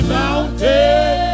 mountain